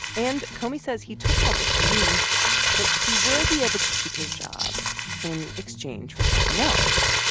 and comey says he took all this to mean that he would be able to keep his job in exchange for something else.